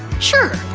sure.